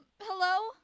hello